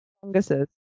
funguses